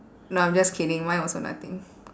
no I'm just kidding mine also nothing